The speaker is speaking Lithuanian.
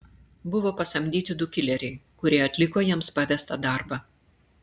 buvo pasamdyti du kileriai kurie atliko jiems pavestą darbą